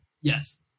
Yes